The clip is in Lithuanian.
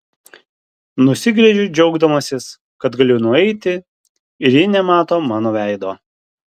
nusigręžiu džiaugdamasis kad galiu nueiti ir ji nemato mano veido